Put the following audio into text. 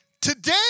Today